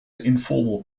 informal